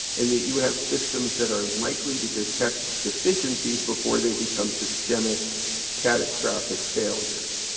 and that you have systems that are likely to detect deficiencies before they become systemic catastrophic failures.